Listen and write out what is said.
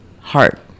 heart